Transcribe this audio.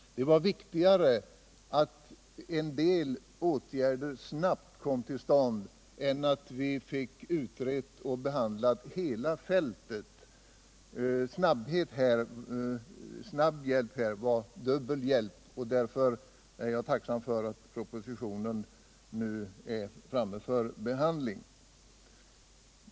Det var viktigare att en del åtgärder sriabbt kom till stånd än att vi fick hela fältet utrett och behandlat. Snabb hjälp här var dubbel hjälp, och därför är jag tacksam för att propositionen nu är framme för behandling.